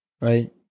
Right